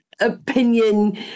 opinion